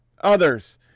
Others